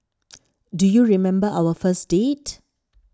do you remember our first date